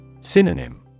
Synonym